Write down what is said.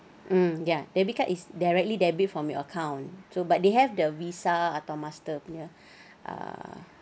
mm ya debit card is directly debit from your account so but they have the Visa atau Master punya uh